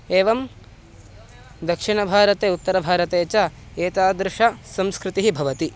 एवं दक्षिणभारते उत्तरभारते च एतादृशसंस्कृतिः भवति